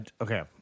okay